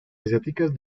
asiáticas